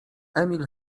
emil